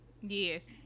Yes